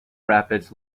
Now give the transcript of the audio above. rapids